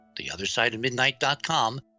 theothersideofmidnight.com